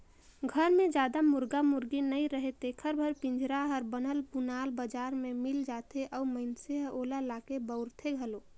घर मे जादा मुरगा मुरगी नइ रहें तेखर बर पिंजरा हर बनल बुनाल बजार में मिल जाथे अउ मइनसे ह ओला लाके बउरथे घलो